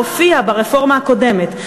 הופיע ברפורמה הקודמת,